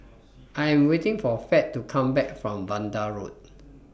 I Am waiting For Fed to Come Back from Vanda Road